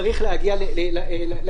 צריך להגיע לכנסת.